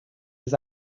his